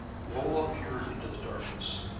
rolla peered into the darkness.